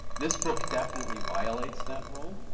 this book definitely violates that rule.